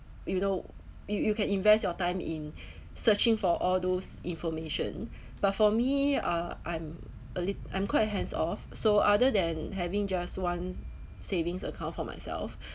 you know you you can invest your time in searching for all those information but for me uh I'm a lit~ I'm quite hands off so other than having just one savings account for myself